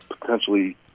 potentially